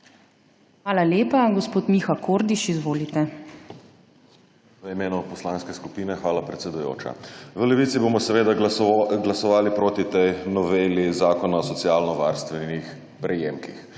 Hvala lepa. Gospod Miha Kordiš, izvolite. MIHA KORDIŠ (PS Levica): V imenu poslanske skupine. Hvala, predsedujoča. V Levici bomo seveda glasovali proti tej noveli Zakona o socialno varstvenih prejemkih.